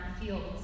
fields